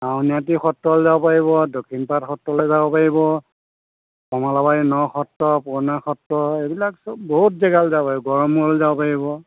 আউনীআটী সত্ৰলৈ যাব পাৰিব দক্ষিণপাট সত্ৰলৈ যাব পাৰিব কমলাবাৰী ন সত্ৰ পুৰণা সত্ৰ এইবিলাক চব বহুত জেগালৈ যাব পাৰিব গড়মূৰলৈ যাব পাৰিব